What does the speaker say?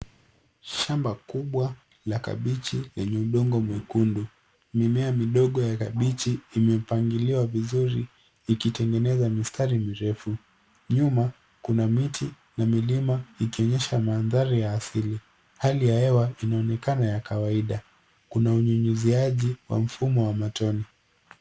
Shamba kubwa la kabichi lenye udongo mwekundu. Mimea midogo ya kabichi imepangiliwa vizuri ikitengeneza mistari mirefu. Nyuma, kuna miti na milima ikionyesha mandhari ya asili. Hali ya hewa inaonekana ya kawaida. Kuna unyunyuziaji wa mfumo wa matone.